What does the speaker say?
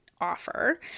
offer